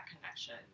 connection